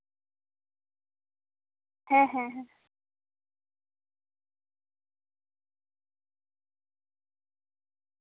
ᱦᱮᱸ ᱦᱮᱸ ᱦᱮᱸ